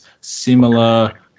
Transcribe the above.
similar